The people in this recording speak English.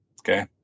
Okay